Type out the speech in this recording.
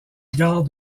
gare